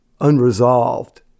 unresolved